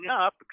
up